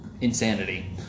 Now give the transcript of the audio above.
insanity